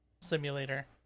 simulator